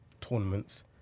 tournaments